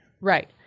Right